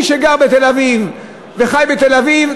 מי שגר בתל-אביב וחי בתל-אביב,